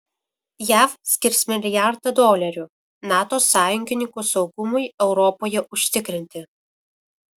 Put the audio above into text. jav skirs milijardą dolerių nato sąjungininkų saugumui europoje užtikrinti